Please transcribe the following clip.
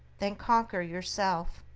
then conquer yourself.